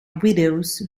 widows